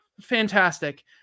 fantastic